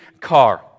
car